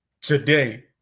today